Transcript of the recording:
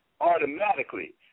automatically